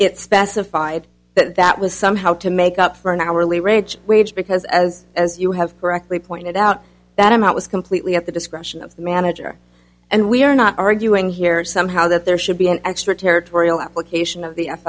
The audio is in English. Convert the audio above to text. it specified that that was somehow to make up for an hourly rate wage because as as you have correctly pointed out that amount was completely at the discretion of the manager and we are not arguing here somehow that there should be an extra territorial application of the f